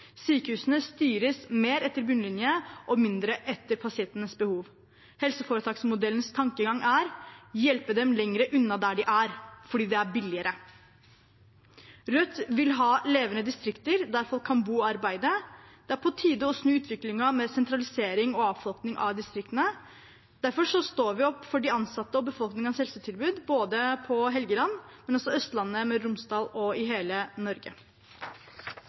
Sykehusene styres mer etter bunnlinjen og mindre etter pasientenes behov. Helseforetaksmodellens tankegang er: Hjelp dem lenger unna enn der de er, fordi det er billigere. Rødt vil ha levende distrikter, der folk kan bo og arbeide. Det er på tide å snu utviklingen med sentralisering og avfolkning i distriktene. Derfor står vi opp for de ansatte og befolkningens helsetilbud – ikke bare på Helgeland, men også på Østlandet, i Møre og Romsdal og i hele Norge.